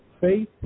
faith